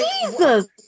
Jesus